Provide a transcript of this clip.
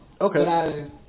Okay